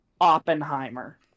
Oppenheimer